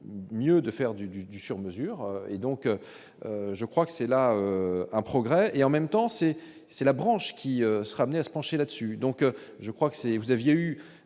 mieux de faire du du du sur mesure et donc je crois que c'est là un progrès et en même temps c'est c'est la branche qui sera amené à se pencher là-dessus, donc je crois que c'est vous aviez eu